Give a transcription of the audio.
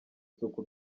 isuku